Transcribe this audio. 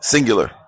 Singular